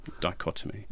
dichotomy